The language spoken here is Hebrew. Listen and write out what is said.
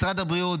ומשרד הבריאות,